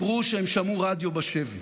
סיפרו שהם שמעו רדיו בשבי.